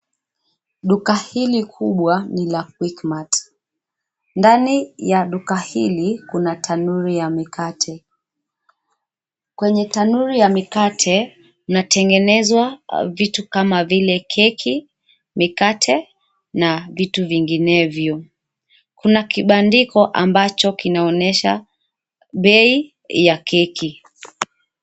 Duka hili kubwa ni la Quickmart. Ndani ya duka hili kuna, tanuri ya mikate. Kwenye tanuri ya mikate, mnatengenezwa vitu kama vile keki, mikate na vitu vinginevyo. Kuna kibandiko ambacho kinaonyesha bei ya keki.